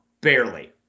barely